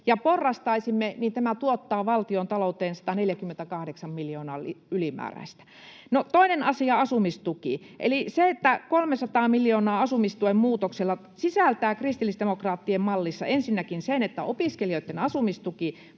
ja porrastaisimme, tämä tuottaa valtionta- louteen 148 miljoonaa ylimääräistä. Toinen asia on asumistuki eli se, että 300 miljoonan euron asumistuen muutos sisältää kristillisdemokraattien mallissa sen, että opiskelijoitten asumistuki